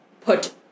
put